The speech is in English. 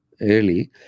early